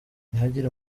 nihagira